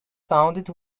sounded